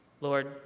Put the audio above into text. Lord